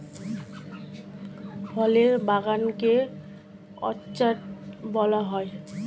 ফলের বাগান কে অর্চার্ড বলা হয়